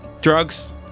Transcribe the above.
Drugs